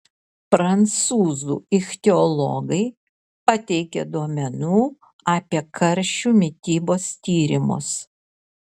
prancūzų ichtiologai pateikė duomenų apie karšių mitybos tyrimus